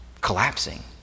collapsing